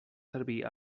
servir